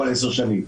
כל עשר שנים?